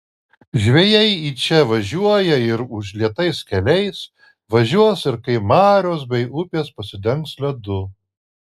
žvejai į čia važiuoja ir užlietais keliais važiuos ir kai marios bei upės pasidengs ledu